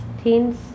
teens